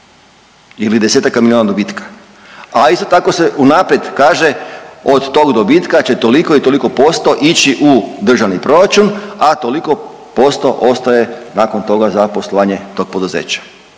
ili desetaka milijuna dobitka. A isto tako se unaprijed kaže od tog dobitka će toliko i toliko posto ići u državni proračun, a toliko posto ostaje nakon toga za poslovanje tog poduzeća.